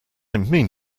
mean